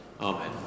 Amen